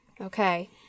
Okay